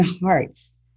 hearts